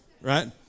Right